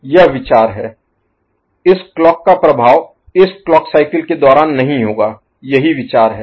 यह विचार है इस क्लॉक का प्रभाव इस क्लॉक साइकिल के दौरान नहीं होगा यही विचार है